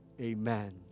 Amen